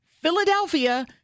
Philadelphia